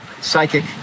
psychic